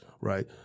Right